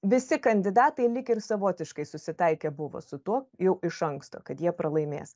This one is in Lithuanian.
visi kandidatai lyg ir savotiškai susitaikę buvo su tuo jau iš anksto kad jie pralaimės